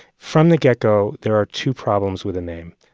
from the get-go, there are two problems with the name.